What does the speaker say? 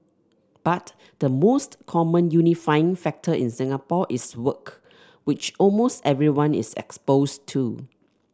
but the most common unifying factor in Singapore is work which almost everyone is exposed to